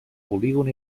polígon